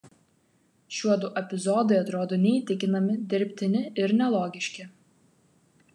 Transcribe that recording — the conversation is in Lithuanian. šiuodu epizodai atrodo neįtikinami dirbtini ir nelogiški